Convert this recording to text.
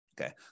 Okay